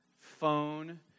phone